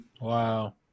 Wow